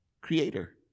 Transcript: creator